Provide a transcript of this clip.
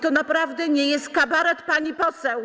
To naprawdę nie jest kabaret, pani poseł.